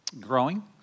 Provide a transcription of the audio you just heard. growing